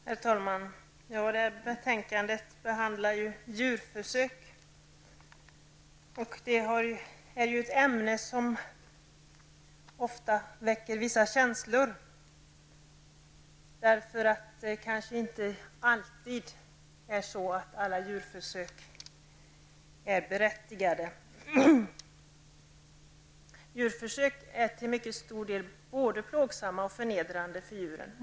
Herr talman! Det här betänkandet handlar om djurförsök. Det är ett ämne som ofta väcker vissa känslor, eftersom alla djurförsök kanske inte alltid är berättigade. Djurförsöken är i mycket stor utsträckning både plågsamma och förnedrande för djuren.